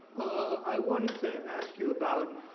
i wanted to ask you about